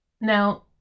Now